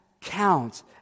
counts